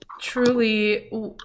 truly